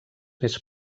més